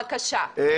בבקשה.